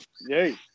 Yay